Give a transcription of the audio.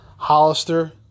Hollister